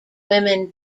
women